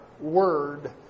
Word